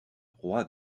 roi